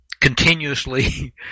continuously